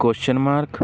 question mark